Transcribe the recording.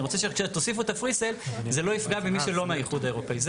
אני רוצה שכשתוסיפו את ה-Presale זה לא יפגע במי שלא מהאיחוד האירופי.